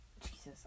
Jesus